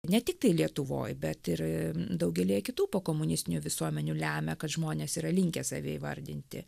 ne tiktai lietuvoj bet ir daugelyje kitų pokomunistinių visuomenių lemia kad žmonės yra linkę save įvardinti